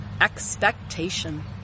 expectation